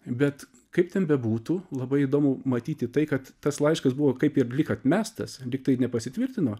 bet kaip ten bebūtų labai įdomu matyti tai kad tas laiškas buvo kaip ir lyg atmestas tiktai nepasitvirtino